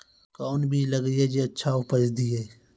कोंन बीज लगैय जे अच्छा उपज दिये?